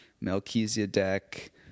Melchizedek